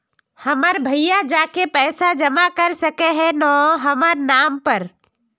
हमर भैया जाके पैसा जमा कर सके है न हमर नाम पर?